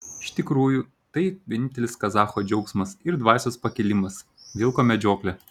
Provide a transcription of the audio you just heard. iš tikrųjų tai vienintelis kazacho džiaugsmas ir dvasios pakilimas vilko medžioklė